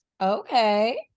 okay